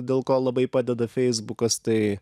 dėl ko labai padeda feisbukas tai